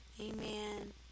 Amen